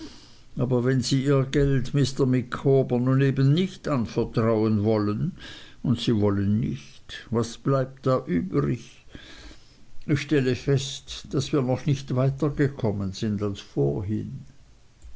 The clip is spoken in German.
aber wenn sie ihr geld mr micawber nun eben nicht anvertrauen wollen und sie wollen nicht was bleibt da übrig ich stelle fest daß wir noch nicht weitergekommen sind als vorhin